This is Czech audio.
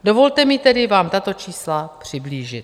Dovolte mi tedy vám tato čísla přiblížit.